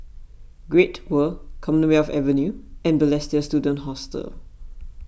Great World Commonwealth Avenue and Balestier Student Hostel